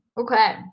Okay